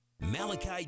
malachi